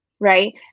Right